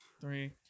three